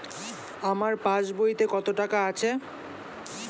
আমার পাস বইতে কত টাকা আছে?